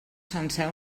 sencer